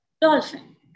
Dolphin